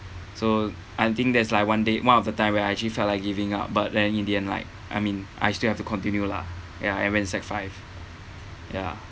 so I think there's like one day one of the time where I actually felt like giving up but then in the end like I mean I still have to continue lah ya I went sec five ya